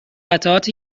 قطعات